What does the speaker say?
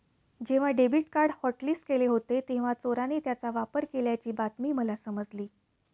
जेव्हा debit card hotlist केले होते तेव्हा चोराने त्याचा वापर केल्याची बातमी मला समजली